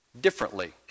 differently